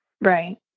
Right